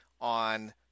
on